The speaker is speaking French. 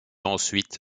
ensuite